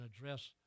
address